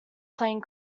playing